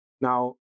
Now